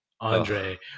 andre